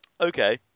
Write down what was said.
Okay